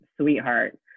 sweetheart